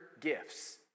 gifts